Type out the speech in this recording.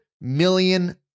million